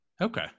Okay